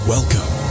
Welcome